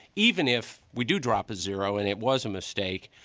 even if we do drop a zero and it was a mistake,